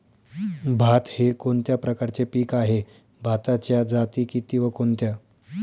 भात हे कोणत्या प्रकारचे पीक आहे? भाताच्या जाती किती व कोणत्या?